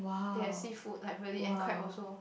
they have seafood like really and crab also